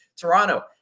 toronto